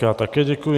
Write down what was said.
Já také děkuji.